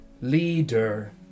leader